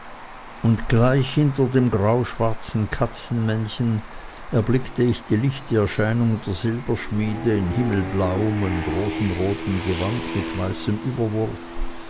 und gleich hinter dem grauschwarzen katzenmännchen erblicke ich die lichte erscheinung der silberschmiede in himmelblauem und rosenrotem gewande mit weißem überwurf